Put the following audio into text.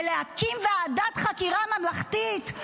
בלהקים ועדת חקירה ממלכתית?